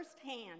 firsthand